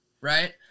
right